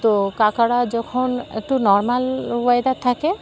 তো কাকারা যখন একটু নর্মাল ওয়েদার থাকে